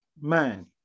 man